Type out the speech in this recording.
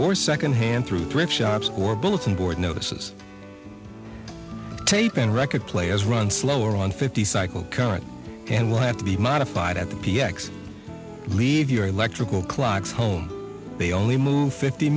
or secondhand through thrift shops or bulletin board notices tape and record players run slower on fifty cycle current and will have to be modified m p s leave your electrical clocks home they only move fifty